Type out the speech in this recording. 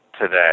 today